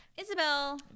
Isabel